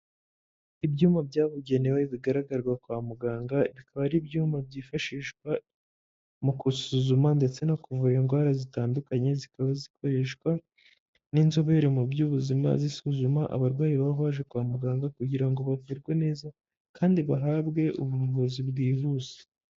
Ibyuma byabugenewe bigaragara kwa muganga bikaba ari ibyuma byifashishwa mu gusuzuma ndetse no kuvura indwara zitandukanye, zikaba zikoreshwa n'inzobere mu by'ubuzima zisuzuma abarwayi baba baje kwa muganga kugira ngo baterwe neza kandi bahabwe ubuvuzi bwihuse.